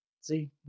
See